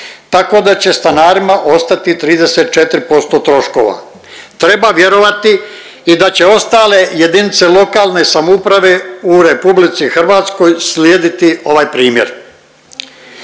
tako da će stanarima ostati 34% troškova. Treba vjerovati i da će ostale jedinice lokalne samouprave u RH slijediti ovaj primjer.